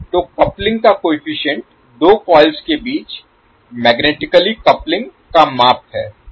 तो कपलिंग का कोएफ़िशिएंट दो कॉइल्स के बीच मैग्नेटिकली कपलिंग का माप है